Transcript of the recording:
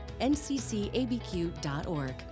nccabq.org